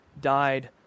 died